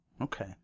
Okay